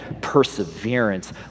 perseverance